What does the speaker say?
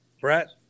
Brett